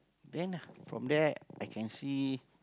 then from there I can see